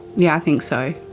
yeah think so,